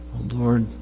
Lord